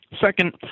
Second